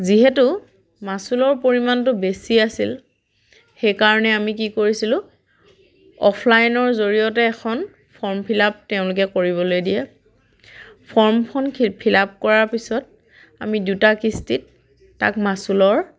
যিহেতু মাচুলৰ পৰিমাণটো বেছি আছিল সেইকাৰণে আমি কি কৰিছিলোঁ অফলাইনৰ জৰিয়তে এখন ফৰ্ম ফিলাপ তেওঁলোকে কৰিবলৈ দিয়ে ফৰ্মখন ফিলাপ কৰাৰ পাছত আমি দুটা কিস্তিত তাক মাচুলৰ